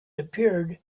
appeared